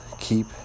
keep